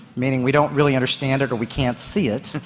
meaning we don't really understand it or we can't see it,